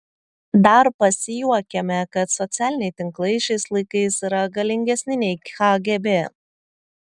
dar pasijuokėme kad socialiniai tinklai šiais laikais yra galingesni nei kgb